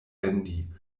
vendi